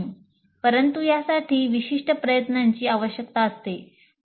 परंतु यासाठी विशिष्ट प्रयत्नांची आवश्यकता असते